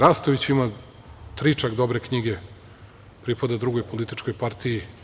Rastović ima tri čak dobre knjige, pripada drugoj političkoj partiji.